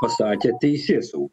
pasakė teisėsau